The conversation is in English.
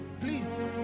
Please